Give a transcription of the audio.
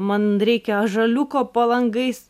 man reikia ąžuoliuko po langais